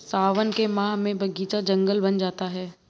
सावन के माह में बगीचा जंगल बन जाता है